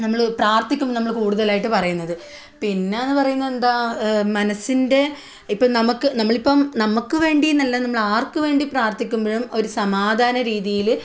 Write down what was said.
നമ്മൾ പ്രാർത്ഥിക്കുമ്പോൾ നമ്മൾ കൂടുതലായിട്ട് പറയുന്നത് പിന്നേന്ന് പറയുന്നത് എന്താ മനസ്സിൻ്റെ ഇപ്പം നമുക്ക് നമ്മളിപ്പം നമുക്ക് വേണ്ടിയെന്നല്ല നമ്മൾ ആർക്ക് വേണ്ടി പ്രാർത്ഥിക്കുമ്പോഴും ഒരു സമാധാന രീതിയിൽ